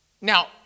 Now